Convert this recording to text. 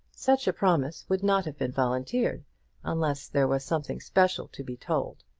such a promise would not have been volunteered unless there was something special to be told.